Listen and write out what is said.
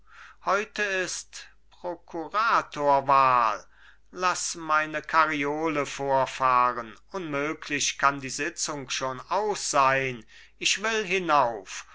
heute ist prokuratorwahl laß meine karriole vorfahren unmöglich kann die sitzung schon aus sein ich will hinauf